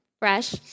Fresh